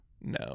No